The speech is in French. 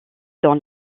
dans